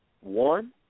one